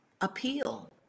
appeal